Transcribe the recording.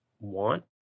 want